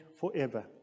forever